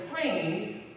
trained